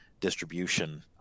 distribution